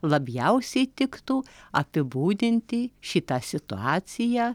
labjausiai tiktų apibūdinti šitą situaciją